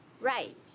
right